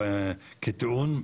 השעה כרגע 13:04,